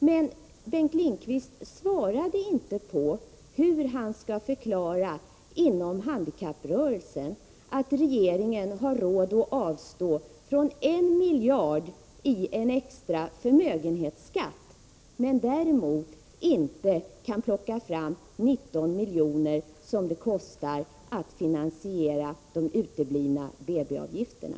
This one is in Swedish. Men Bengt Lindqvist svarade inte på hur han inom handikapprörelsen tänker förklara att regeringen har råd att avstå från 1 miljard i extra förmögenhetsskatt, men däremot inte kan plocka fram 19 milj.kr., som det kostar att finansiera de uteblivna BB-avgifterna.